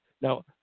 Now